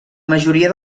majoria